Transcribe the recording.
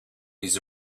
his